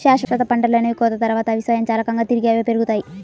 శాశ్వత పంటలనేవి కోత తర్వాత, అవి స్వయంచాలకంగా తిరిగి అవే పెరుగుతాయి